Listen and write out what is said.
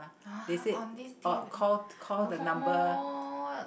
!huh! on this t_v no